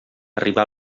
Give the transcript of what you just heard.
arribà